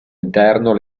interno